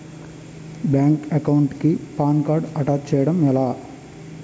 Bank account కి PAN card attach చేయడం ఎలా?